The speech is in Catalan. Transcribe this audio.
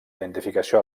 identificació